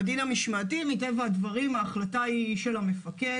מטבע הדברים, בדין המשמעתי ההחלטה היא של המפקד.